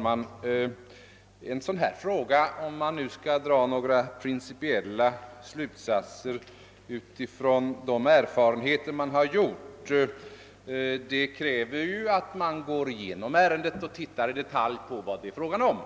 Herr talman! Frågan om man skall dra några principiella slutsatser från de erfarenheter som gjorts kräver en genomgång av ärendet för att man i detalj skall se vad det gäller.